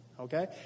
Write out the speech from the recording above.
Okay